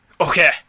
Okay